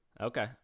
Okay